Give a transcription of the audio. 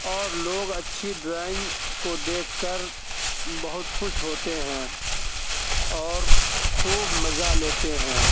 اور لوگ اچھی ڈرائنگ کو دیکھ کر بہت خوش ہوتے ہیں اور خوب مزہ لیتے ہیں